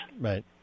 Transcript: Right